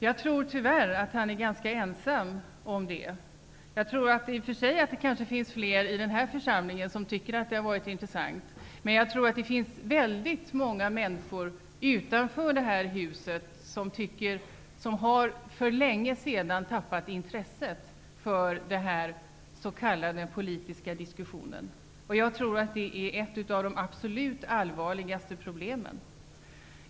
Jag tror att han tyvärr är ganska ensam om att tycka så. Det kanske i och för sig finns flera i denna församling som tycker att debatten har varit intressant, men jag tror att väldigt många människor utanför detta hus för länge sedan har tappat intresset för denna s.k. politiska diskussion. Jag tror att det är ett av de absolut allvarligaste problemen.